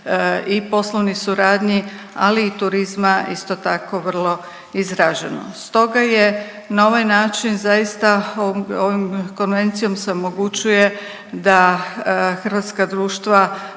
i poslovnih suradnji, ali i turizma isto tako vrlo izraženo. Stoga je na ovaj način zaista ovom konvencijom se omogućuje da hrvatska društva